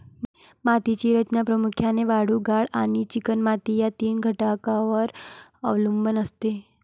मातीची रचना प्रामुख्याने वाळू, गाळ आणि चिकणमाती या तीन घटकांवर अवलंबून असते